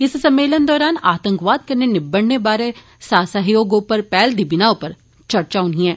इस सम्मेलन दौरान आतंकवाद कन्नै निबड़ने बारै साथ सहयोग उप्पर बी पैह्ल दी बिनाह उप्पर चर्चा होनी ऐ